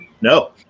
No